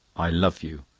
i love you.